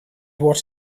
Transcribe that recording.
what